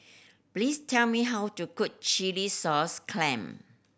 please tell me how to cook chilli sauce clam